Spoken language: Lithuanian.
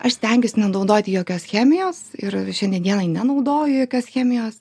aš stengiuos nenaudoti jokios chemijos ir šiandien dienai nenaudoju jokios chemijos